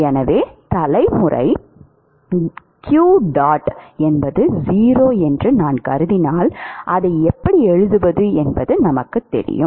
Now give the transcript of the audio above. எனவே தலைமுறை qdot 0 என்று நான் கருதினால் அதை எப்படி எழுதுவது என்பது நமக்குத் தெரியும்